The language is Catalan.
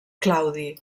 claudi